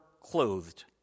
clothed